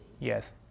Yes